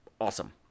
awesome